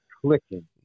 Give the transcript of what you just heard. clicking